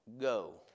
go